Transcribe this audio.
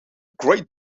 great